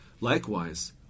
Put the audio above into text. Likewise